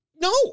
No